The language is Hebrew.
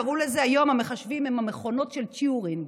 קראו לזה היום, המחשבים הם המכונות של טיורינג.